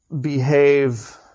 behave